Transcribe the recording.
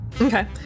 Okay